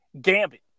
Gambit